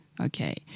okay